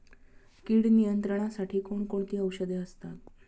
कीड नियंत्रणासाठी कोण कोणती औषधे असतात?